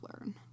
learn